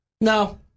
no